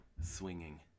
swinging